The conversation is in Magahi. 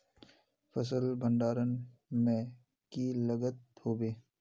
फसल भण्डारण में की लगत होबे?